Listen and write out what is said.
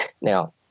Now